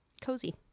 cozy